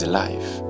life